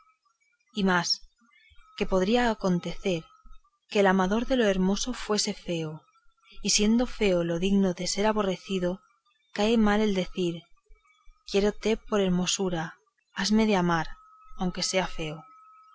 y más que podría acontecer que el amador de lo hermoso fuese feo y siendo lo feo digno de ser aborrecido cae muy mal el decir quiérote por hermosa hasme de amar aunque sea feo